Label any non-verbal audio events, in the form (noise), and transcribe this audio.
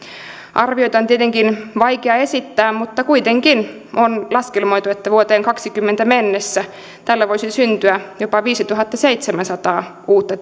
arvioita on tietenkin vaikea esittää mutta kuitenkin on laskelmoitu että vuoteen kahdessakymmenessä mennessä tällä voisi syntyä jopa viisituhattaseitsemänsataa uutta (unintelligible)